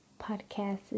podcast